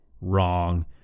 wrong